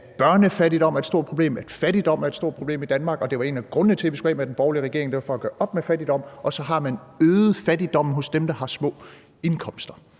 at børnefattigdom er et stort problem, at fattigdom er et stort problem i Danmark, og at det var en af grundene til, at vi skulle af med den borgerlige regering, altså for at gøre op med fattigdom. Og så har man øget fattigdommen hos dem, der har små indkomster.